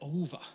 over